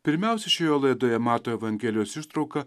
pirmiausia iš jo laidoje mato evangelijos ištrauka